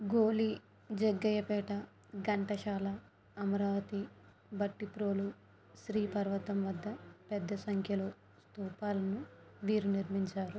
గోలి జగ్గయ్యపేట ఘంటసాల అమరావతి భట్టిప్రోలు శ్రీ పర్వతం వద్ద పెద్ద సంఖ్యలో స్థూపాలను వీరు నిర్మించారు